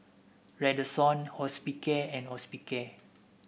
Redoxon Hospicare and Hospicare